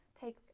take